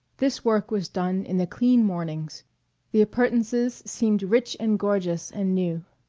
this work was done in the clean mornings the appurtenances seemed rich and gorgeous and new.